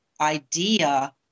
idea